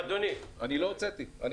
אני לא הוצאתי דברים מהקשרם,